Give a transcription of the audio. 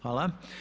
Hvala.